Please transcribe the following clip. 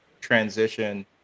transition